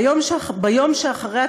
ביום שאחרי הצבא,